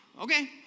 Okay